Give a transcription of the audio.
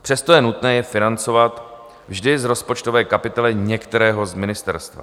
Přesto je nutné je financovat vždy z rozpočtové kapitoly některého ministerstva.